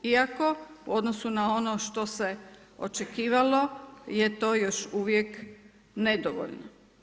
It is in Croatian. Iako u odnosu na ono što se očekivalo je to još uvijek nedovoljno.